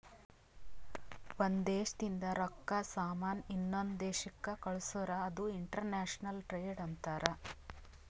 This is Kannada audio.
ಒಂದ್ ದೇಶದಿಂದ್ ರೊಕ್ಕಾ, ಸಾಮಾನ್ ಇನ್ನೊಂದು ದೇಶಕ್ ಕಳ್ಸುರ್ ಅದು ಇಂಟರ್ನ್ಯಾಷನಲ್ ಟ್ರೇಡ್ ಅಂತಾರ್